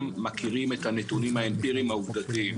מכירים את הנתונים האמפיריים העובדתיים.